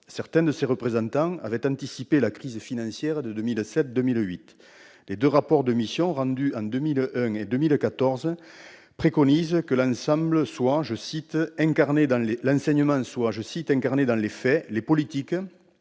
Certains de ses représentants avaient anticipé la crise financière de 2007-2008. Les deux rapports de missions rendus en 2001 et 2014 préconisent que l'enseignement soit « incarné dans les faits, les politiques,